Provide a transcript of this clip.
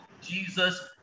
Jesus